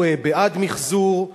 הוא בעד מיחזור,